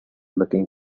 looking